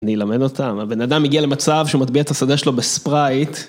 נלמד אותם, הבן אדם הגיע למצב שמטביע את השדה שלו בספרייט.